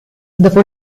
dopo